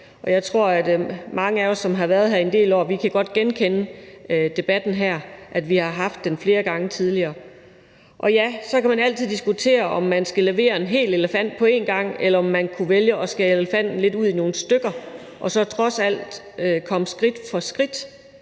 og jeg tror, at mange af os, som har været her i en del år, godt kan genkende debatten her, fordi vi har haft den flere gange tidligere. Og ja, så kan man altid diskutere, om man skal levere en hel elefant på en gang, eller om man kunne vælge at skære elefanten lidt ud i nogle stykker og så trods alt komme skridt for skridt